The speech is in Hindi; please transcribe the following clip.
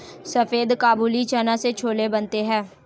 सफेद काबुली चना से छोले बनते हैं